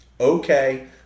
okay